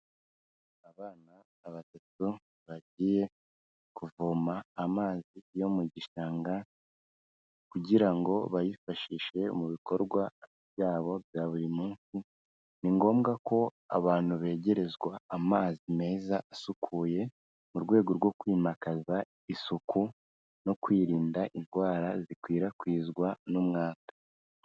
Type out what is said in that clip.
Abana batatu bagiye kuvoma amazi yo mu gishanga kugira ngo bayifashishe mu bikorwa byabo bya buri munsi. Ni ngombwa ko abantu begerezwa amazi meza asukuye mu rwego rwo kwimakaza isuku no kwirinda indwara zikwirakwizwa n'umwanda.